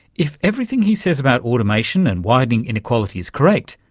if everything he says about automation and widening inequality is correct,